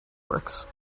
works